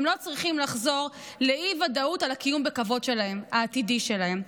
הם לא צריכים לחזור לאי-ודאות על הקיום בכבוד העתידי שלהם.